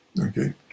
Okay